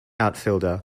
outfielder